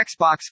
Xbox